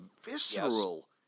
visceral